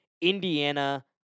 Indiana